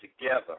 together